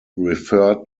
referred